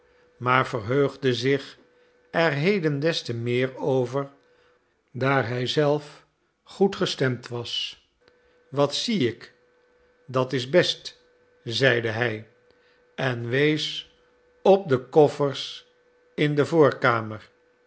maar verheugde zich er heden des te meer over daar hij zelf goed gestemd was wat zie ik dat is best zeide hij en wees op de koffers in de voorkamer